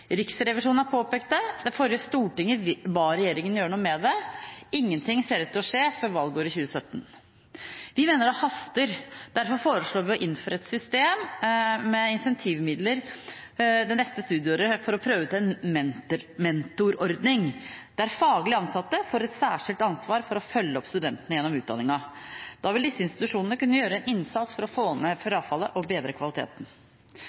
Riksrevisjonen har påpekt det. Det forrige stortinget ba regjeringen gjøre noe med det. Ingenting ser ut til å skje før valgåret 2017. Vi mener det haster. Derfor foreslår vi å innføre et system med incentivmidler det neste studieåret for å prøve ut en mentorordning, der faglig ansatte får et særskilt ansvar for å følge opp studentene gjennom utdanningen. Da vil disse institusjonene kunne gjøre en innsats for å få ned frafallet og bedre kvaliteten.